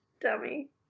dummy